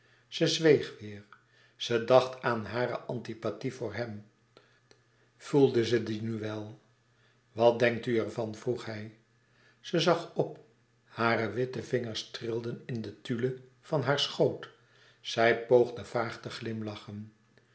ze zweeg weêr ze dacht aan hare antipathie voor hem voelde ze die nu wel wat denkt u er van vroeg hij ze zag op hare witte vingers trilden in de tulle van haar schoot zij poogde vaag te